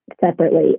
Separately